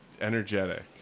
energetic